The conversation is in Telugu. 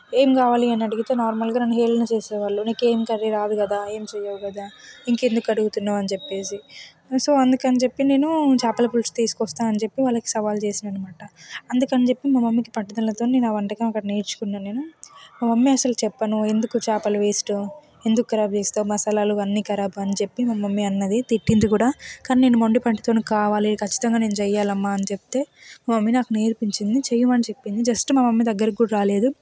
ఏం కావాలి అని అడిగితే నార్మల్గా నన్ను హేళన చేసేవాళ్లు నీకేం కర్రీ రాదు కదా ఏం చేయవు కదా ఇంకెందుకు అడుగుతున్నావు అని చెప్పేసి సో అందుకని చెప్పి నేను చేపల పులుసు తీసుకొస్తా అని చెప్పి వాళ్ళకి సవాల్ చేశాను అనమాట అందుకని చెప్పి మా మమ్మీకి పట్టుదలతో ఆ వంటకాలను నేర్చుకున్న నేను మా మమ్మీ నేను చెప్పను ఎందుకు చేపలు వేస్ట్ ఎందుకు ఖరాబు చేస్తావు మసాలాలు అన్ని ఖరాబ్ అని చెప్పి మా మమ్మీ అన్నది తిట్టింది కూడా కానీ నేను మొండి పట్టుదలతో కావాలి ఖచ్చితంగా నేను చేయాలి అమ్మ అని చెప్తే మా మమ్మీ నాకు నేర్పించింది చెయ్యమని చెప్పింది జస్ట్ మా మమ్మీ దగ్గరికి కూడా రాలేదు